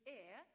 air